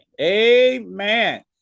amen